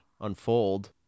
Unfold